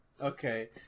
Okay